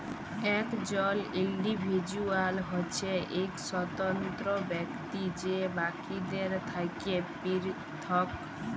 একজল ইল্ডিভিজুয়াল হছে ইক স্বতন্ত্র ব্যক্তি যে বাকিদের থ্যাকে পিরথক